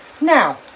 now